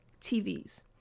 TVs